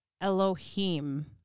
Elohim